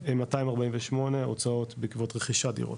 ו-248 הוצאות, בעקבות רכישת דירות.